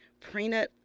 prenup